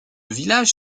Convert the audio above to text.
village